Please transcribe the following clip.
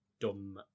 dumb